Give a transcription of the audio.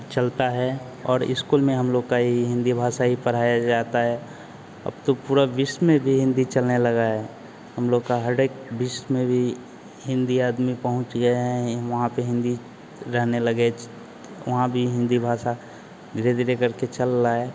चलता है और इस्कूल में हम लोग का इ हिन्दी भाषा ही पढ़ाया जाता है अब तो पूरा विश्व में भी हिन्दी चलने लगा है हम लोग का हरेक विश्व में भी हिन्दी आदमी पहुँच गए हैं वहाँ पर हिन्दी रहने लगे च वहाँ भी हिन्दी भाषा धीरे धीरे करके चल रहा है